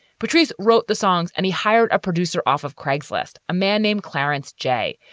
petraeus wrote the songs and he hired a producer off of craigslist, a man named clarence j.